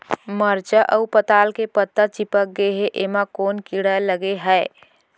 मरचा अऊ पताल के पत्ता चिपक गे हे, एमा कोन कीड़ा लगे है?